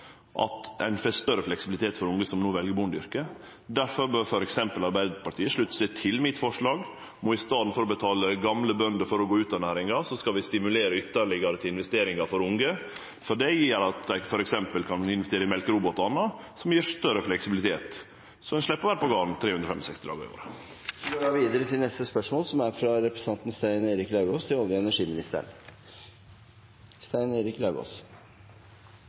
at ein får større fleksibilitet for unge som no vel bondeyrket. Derfor bør t.d. Arbeidarpartiet slutte seg til mitt forslag. I staden for å betale gamle bønder for å gå ut av næringa skal vi stimulere ytterlegare til investeringar for unge. Det gjer at dei t.d. kan investere i melkerobotar, som gjev større fleksibilitet, så ein slepp å vere på garden 365 dagar